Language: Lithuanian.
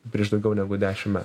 prieš daugiau negu dešimt metų